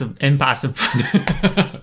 impossible